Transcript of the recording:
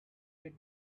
did